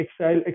exile